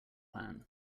plan